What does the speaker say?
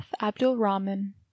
abdul-rahman